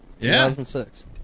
2006